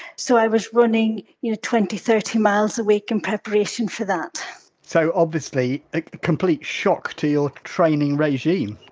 so i was running you know twenty, thirty miles a week in preparation for that so, obviously a complete shock to your training regime?